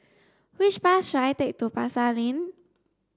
which bus should I take to Pasar Lane